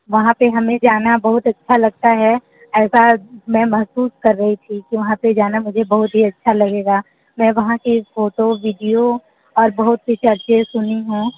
वहाँ पे हमें जाना बहुत अच्छा लगता है ऐसा मैं महसूस कर रही थी कि वहाँ पे जाना मुझे बहुत ही अच्छा लगेगा मैं वहाँ के फोटो वीडिओ और बहुत से चर्चे सुनी हूँ